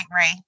Ray